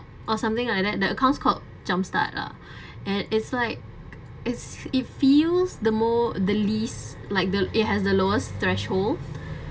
or something like that the account is called jumpstart lah and it's like it's it feels the more or the least like though it has the lowest threshold